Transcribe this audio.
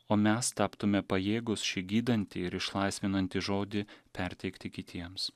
o mes taptume pajėgūs šį gydantį ir išlaisvinantį žodį perteikti kitiems